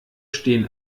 stehen